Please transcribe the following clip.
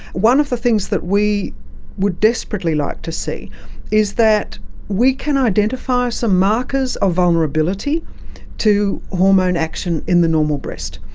one of the things that we would desperately like to see is that we can identify some markers of vulnerability to hormone action in the normal breast.